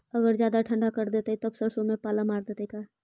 अगर जादे ठंडा कर देतै तब सरसों में पाला मार देतै का?